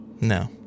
No